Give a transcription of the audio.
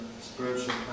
spiritual